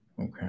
Okay